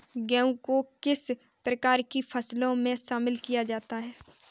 गेहूँ को किस प्रकार की फसलों में शामिल किया गया है?